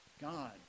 God